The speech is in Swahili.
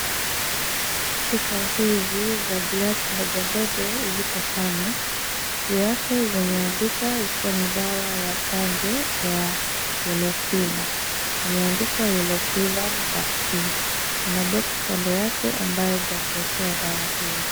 Chupa hizi za glasi ndogondogo ziko tano. Juu yake zimeandikwa. Ziko na dawa ya chanjo ya yellow fever . Zimeandikwa yellow fever vaccine na box kando yake ambayo ni ya kuekea dawa hiyo.